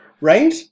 Right